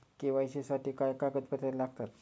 KYC साठी काय कागदपत्रे लागतात?